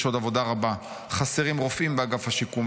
יש עוד עבודה רבה: חסרים רופאים באגף השיקום,